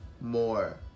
more